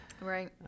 Right